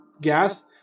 gas –